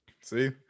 see